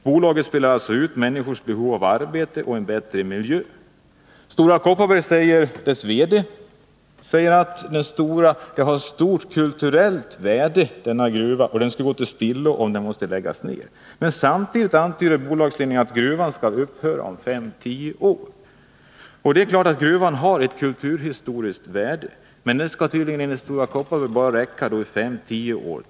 Bolaget spelar alltså ut människors behov av arbete mot deras behov av en bättre miljö. Stora Kopparbergs verkställande direktör säger att Falu gruva har stort kulturellt värde och att det skulle gå till spillo om gruvdriften måste läggas ned. Samtidigt antyder bolagsledningen att avsikten är att malmbrytningen i gruvan skall upphöra om fem till tio år. Det är klart att gruvan har ett kulturhistoriskt värde, men malmtillgångarna skulle tydligen enligt Stora Kopparberg bara räcka i ytterligare fem till tio år.